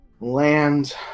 land